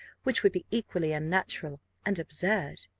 which would be equally unnatural and absurd.